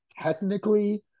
technically